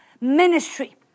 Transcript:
ministry